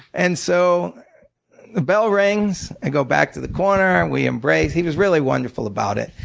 and so the bell rings, i go back to the corner, we embrace. he was really wonderful about it.